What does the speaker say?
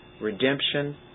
Redemption